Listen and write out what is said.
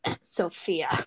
Sophia